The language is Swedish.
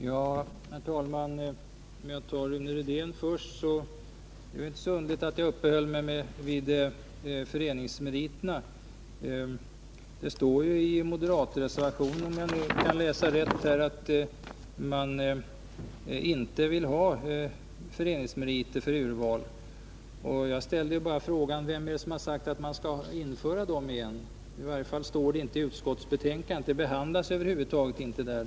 Herr talman! Om jag svarar Rune Rydén först, vill jag påpeka att det inte är så underligt att jag uppehöll mig vid föreningsmeriterna. Det står ju i moderatreservationen — om jag nu kan läsa rätt — att man inte vill ha föreningsmeriter för urval, och jag ställde bara frågan: Vem har sagt att man skall införa dem igen? I varje fall står det inte i utskottsbetänkandet. Det behandlas över huvud taget inte där.